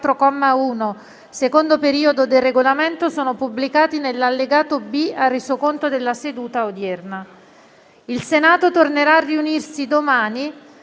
Il Senato tornerà a riunirsi in